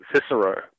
Cicero